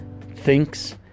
thinks